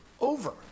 over